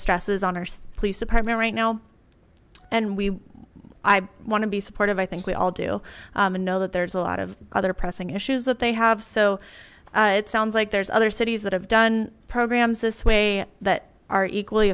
stresses on our police department right now and we i want to be supportive i think we all do and know that there's a lot of other pressing issues that they have so it sounds like there's other cities that have done programs this way that are equally